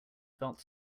felt